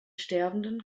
sterbenden